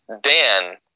Dan